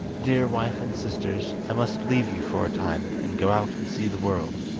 dear wife and sisters, i must leave you for a time, and go out and see the world.